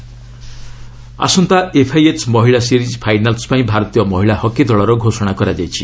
women's hockey ଆସନ୍ତା FIH ମହିଳା series finals ପାଇଁ ଭାରତୀୟ ମହିଳା ହକି ଦଳର ଘୋଷଣା କରାଯାଇଛି